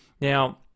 Now